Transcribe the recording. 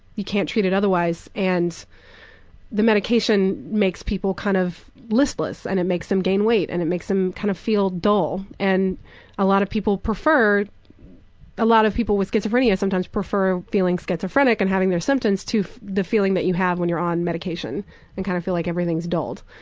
you can't treat it otherwise and the medication makes people kind of listless and it makes them gain weight, and it makes them kind of feel dull, and a lot of people prefer a lot of people with schizophrenia sometimes prefer feeling schizophrenic and having their symptoms to the feeling that you have when you're on medication and kind of feel like everything's dulled.